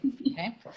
Okay